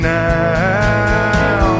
now